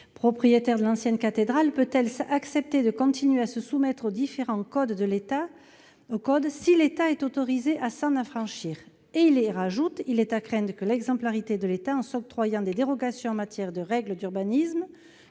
propriétaire de l'ancienne cathédrale, peut-elle accepter de continuer à se soumettre aux différents codes si l'État est autorisé à s'en affranchir ? Il est à craindre que l'exemplarité de l'État, s'octroyant des dérogations en matière de règles d'urbanisme,